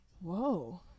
whoa